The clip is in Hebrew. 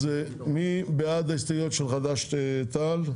אז מי בעד ההסתייגויות של חד"ש תע"ל?